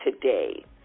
today